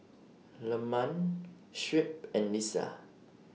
Leman Shuib and Lisa